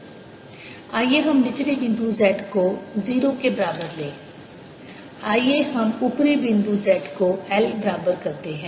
आइए हम निचले बिंदु z को 0 के बराबर लें आइए हम ऊपरी बिंदु z को L के बराबर करते हैं